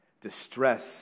distress